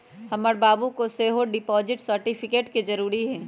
हमर बाबू के सेहो डिपॉजिट सर्टिफिकेट के जरूरी हइ